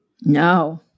No